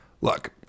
Look